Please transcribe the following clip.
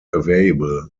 available